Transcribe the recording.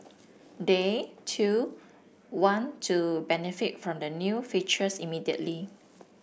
they too want to benefit from the new features immediately